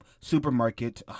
supermarket